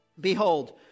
Behold